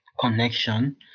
connection